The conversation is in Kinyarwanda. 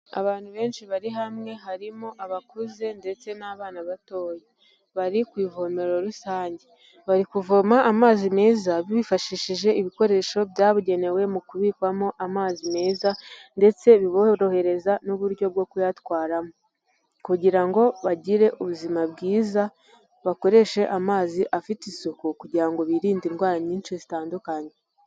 Abantu benshi bari hamwe harimo abakuze ndetse n'abana batoya. Bari ku ivomero rusange. Bari kuvoma amazi meza bifashishije ibikoresho byabugenewe mu kubikwamo amazi meza ndetse biborohereza n'uburyo bwo kuyatwaramo kugira ngo bagire ubuzima bwiza, bakoreshe amazi afite isuku kugira ngo birinde indwara nyinshi zitandukanye.